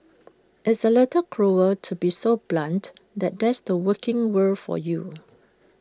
it's A little cruel to be so blunt but that's the working world for you